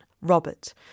Robert